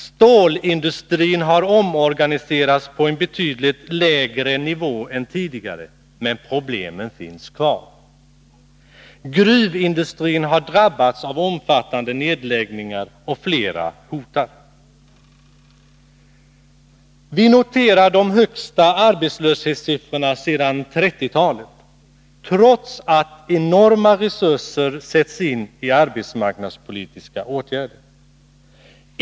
Stålindustrin har omorganiserats på en betydligt lägre nivå än tidigare, men problemen finns kvar. Gruvindustrin har drabbats av omfattande nedläggningar, och flera hotar. Vi noterar de högsta arbetslöshetssiffrorna sedan 1930-talet, trots att enorma resurser sätts in i arbetsmarknadspolitiska åtgärder.